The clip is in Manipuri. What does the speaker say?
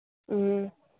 ꯎꯝ